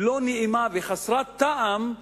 לא נעימה וחסרת טעם,